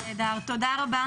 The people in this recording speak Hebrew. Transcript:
תודה רבה.